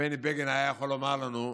שבני בגין היה יכול לומר לנו: